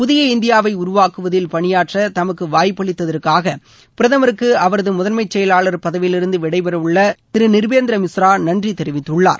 புதிய இந்தியாவை உருவாக்குவதில் பணியாற்ற தமக்கு வாய்ப்பளித்ததற்காக பிரதமருக்கு அவரது முதன்மைச் செயலாளர் பதவியிலிருந்து விடைபெறவுள்ள திரு நிர்பேந்திர மிஸ்ரா நன்றி தெரிவித்துள்ளார்